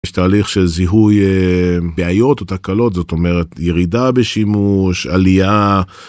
יש תהליך של זיהוי בעיות או תקלות, זאת אומרת ירידה בשימוש, עלייה.